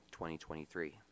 2023